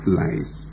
lies